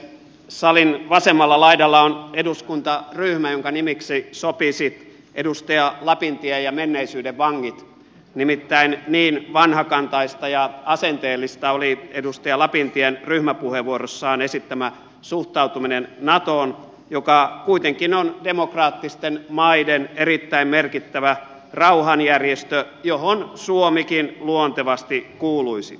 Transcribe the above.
salin vasemmalla laidalla on eduskuntaryhmä jonka nimeksi sopisi edustaja lapintie ja menneisyyden vangit nimittäin niin vanhakantaista ja asenteellista oli edustaja lapintien ryhmäpuheenvuorossaan esittämä suhtautuminen natoon joka kuitenkin on demokraattisten maiden erittäin merkittävä rauhanjärjestö johon suomikin luontevasti kuuluisi